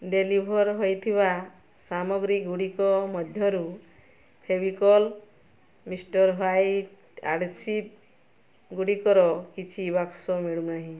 deliver ହେଇଥିବା ସାମଗ୍ରୀଗୁଡ଼ିକ ମଧ୍ୟରୁ ଫେଭିକଲ୍ ମିଷ୍ଟର ହ୍ଵାଇଟ୍ ଆଢ଼େସିଭ୍ଗୁଡ଼ିକର କିଛି ବାକ୍ସ ମିଳୁନାହିଁ